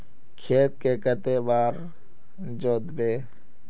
खेत के कते बार जोतबे?